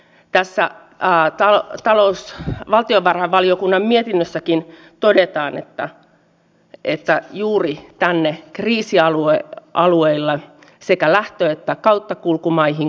tässä yhteydessä informaatioksi kun täällä on jonkin verran käyty kysymässä miten tämä ilta nyt etenee